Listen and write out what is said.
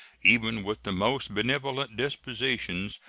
even with the most benevolent dispositions,